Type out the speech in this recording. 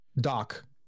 Doc